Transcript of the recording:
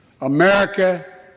America